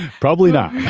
probably not.